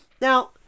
Now